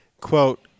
quote